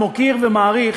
מוקיר ומעריך,